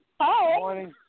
Hi